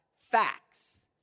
facts